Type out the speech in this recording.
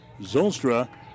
Zolstra